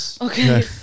okay